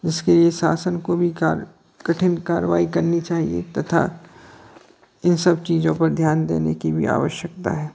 जिसके लिए शासन को भी कठिन कार्यवाही करनी चाहिए तथा इन सब चीज़ों पर ध्यान देने की भी आवश्यकता है